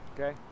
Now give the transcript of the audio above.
okay